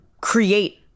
create